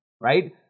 right